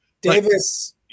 Davis